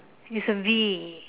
it's a V